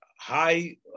high